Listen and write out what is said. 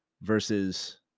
versus